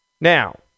Now